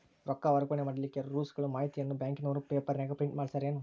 ರೊಕ್ಕ ವರ್ಗಾವಣೆ ಮಾಡಿಲಿಕ್ಕೆ ಇರೋ ರೂಲ್ಸುಗಳ ಮಾಹಿತಿಯನ್ನ ಬ್ಯಾಂಕಿನವರು ಪೇಪರನಾಗ ಪ್ರಿಂಟ್ ಮಾಡಿಸ್ಯಾರೇನು?